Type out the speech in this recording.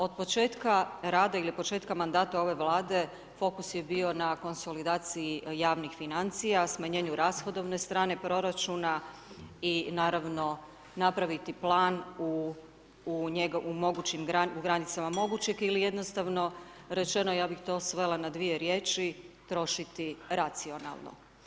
Od početka rada ili početka mandata ove vlade, fokus je bio na konsolidaciji javnih financija, smanjenju rashodovne strane proračuna i naravno napraviti plan u granicama mogućeg ili jednostavno rečeno ja bih to svela na 2 riječi, trošiti racionalno.